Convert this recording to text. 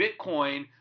Bitcoin